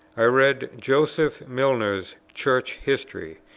i read joseph milner's church history,